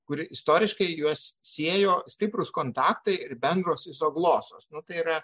kuri istoriškai juos siejo stiprūs kontaktai ir bendros izoglosos nu ai yra